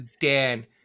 Dan